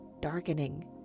darkening